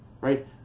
right